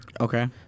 Okay